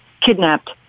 Kidnapped